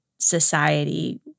society